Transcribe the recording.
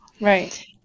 Right